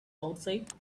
outside